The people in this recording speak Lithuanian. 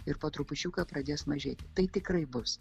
ir po trupučiuką pradės mažėti tai tikrai bus